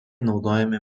naudojami